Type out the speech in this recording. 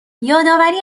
یادآوری